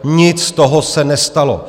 Nic z toho se nestalo.